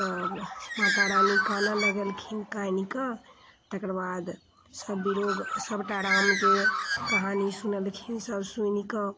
तऽ माता रानी कानऽ लगलखिन कानिकऽ तकर बाद सभ वियोग सभटा रामके कहानी सुनलखिन सभ सुनिकऽ